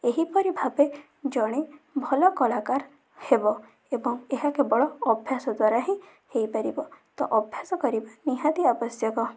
ଏହିପରି ଭାବେ ଜଣେ ଭଲ କଳାକାର ହେବ ଏବଂ ଏହା କେବଳ ଅଭ୍ୟାସ ଦ୍ଵାରା ହିଁ ହେଇପାରିବ ତ ଅଭ୍ୟାସ କରିବା ନିହାତି ଆବଶ୍ୟକ